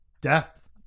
death